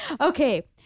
okay